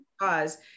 cause